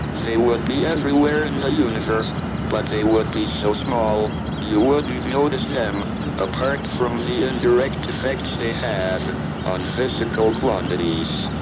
they would be everywhere in the universe but they would be so small you wouldn't noticed them apart from the indirect effects they have on physical quantities.